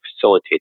facilitate